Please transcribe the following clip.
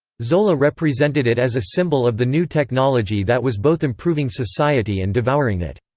zola represented it as a symbol of the new technology that was both improving society and devouring it.